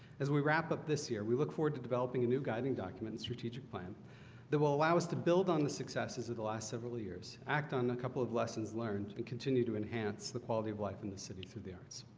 as we wrap up this year we look forward to developing a new guiding document strategic plan that will allow us to build on the successes of the last several years act on a couple of lessons learned and continue to enhance the quality of life in the city through the arts.